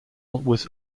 was